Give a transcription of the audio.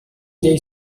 dei